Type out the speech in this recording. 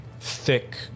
thick